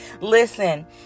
Listen